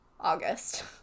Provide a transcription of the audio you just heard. August